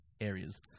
areas